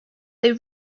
they